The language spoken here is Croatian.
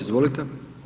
Izvolite.